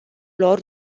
lor